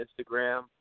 Instagram